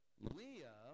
Leah